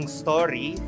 story